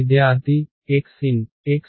విద్యార్థి xn